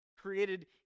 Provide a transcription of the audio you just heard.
created